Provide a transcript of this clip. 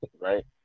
right